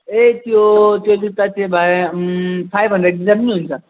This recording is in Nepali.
ए त्यो त्यो जुत्ता त्यो भाइ फाइभ हन्ड्रेड दिँदा पनि हुन्छ